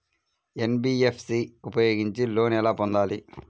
NBFC ఉపయోగించి loan ఎలా పొందాలి?